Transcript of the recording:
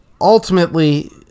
ultimately